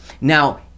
now